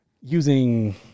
using